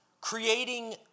creating